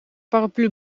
paraplu